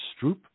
Stroop